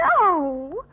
No